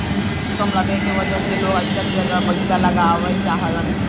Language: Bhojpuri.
टैक्स कम लगले के वजह से लोग अइसन जगह पर पइसा लगावल चाहलन